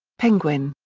penguin.